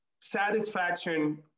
Satisfaction